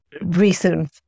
recent